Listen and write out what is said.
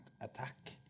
attack